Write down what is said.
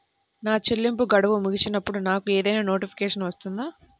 నా చెల్లింపు గడువు ముగిసినప్పుడు నాకు ఏదైనా నోటిఫికేషన్ వస్తుందా?